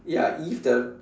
ya if the